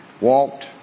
Walked